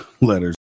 letters